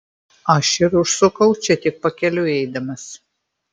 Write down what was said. aš ir užsukau čia tik pakeliui eidamas